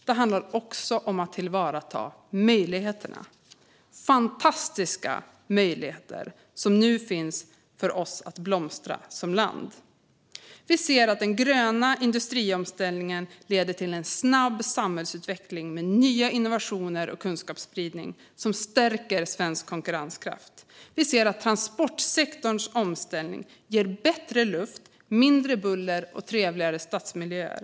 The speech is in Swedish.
Det handlar också om att tillvarata möjligheterna - fantastiska möjligheter som nu finns för oss att blomstra som land. Vi ser att den gröna industriomställningen leder till en snabb samhällsutveckling med nya innovationer och kunskapsspridning som stärker svensk konkurrenskraft. Vi ser att transportsektorns omställning ger bättre luft, mindre buller och trevligare stadsmiljöer.